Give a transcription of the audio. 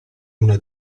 una